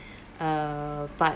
uh but